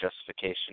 justification